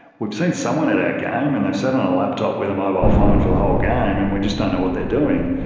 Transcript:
we've seen someone at our game, and they've sat on the laptop with a mobile phone for the whole game, and we just don't know what they are doing.